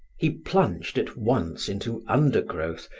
he plunged at once into undergrowth,